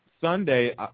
Sunday